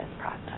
process